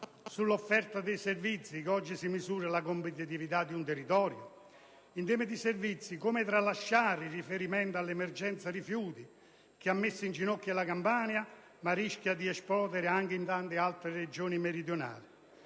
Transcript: sull'offerta dei servizi che oggi si misura la competitività di un territorio? In tema di servizi, come tralasciare il riferimento all'emergenza rifiuti, che ha messo in ginocchio la Campania, ma rischia di esplodere anche in altre Regioni meridionali?